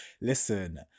listen